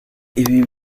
ibi